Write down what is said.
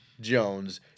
Jones